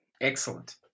Excellent